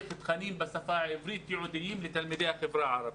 תכנים בשפה הערבית ייעודיים לתלמידי החברה הערבית.